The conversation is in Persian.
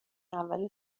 اول